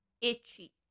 itchy